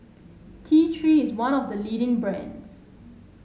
T Three is one of the leading brands